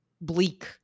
bleak